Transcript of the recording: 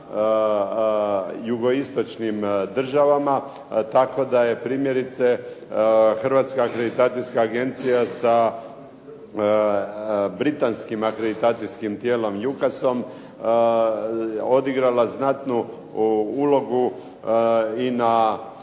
jugoistočnim državama tako da je primjerice Hrvatska akreditacijska agencija sa Britanskim akreditacijskim tijelom UKAS-om odigrala znatnu ulogu i na